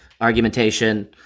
argumentation